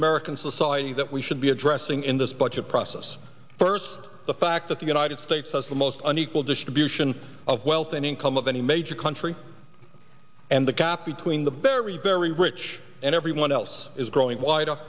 american society that we should be addressing in this budget process first the fact that the united states has the most unequal distribution of wealth and income of any major country and the gap between the bear was very rich and everyone else is growing wider